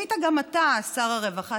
היית גם אתה שר הרווחה,